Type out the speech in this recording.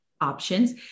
options